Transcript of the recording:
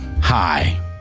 hi